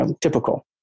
typical